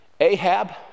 Ahab